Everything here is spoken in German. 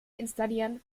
installieren